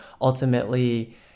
ultimately